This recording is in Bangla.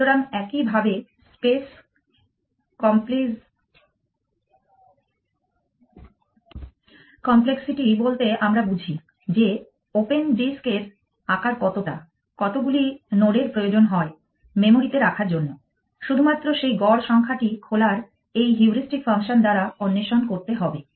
সুতরাং একইভাবে স্পেস কমপ্লেক্সিটি বলতে আমরা বুঝি যে ওপেন ডিস্ক এর আকার কতটা কতগুলি নোডের প্রয়োজন হয় মেমোরিতে রাখার জন্য শুধুমাত্র সেই গড় সংখ্যাটি খোলার এই হিউরিস্টিক ফাংশন দ্বারা অন্বেষণ করতে হবে